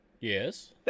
Yes